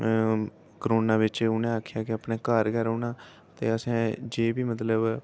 corona बिच उ'नें आखेआ कि अपने घर गै रौह्ना ते असें जे बी मतलब